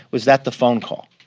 was that the phone call?